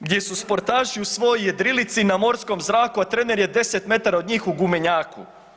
Gdje su sportaši u svojoj jedrilici na morskom zraku a trener je 10 metara od njih u gumenjaku.